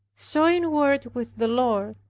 so inward with the lord,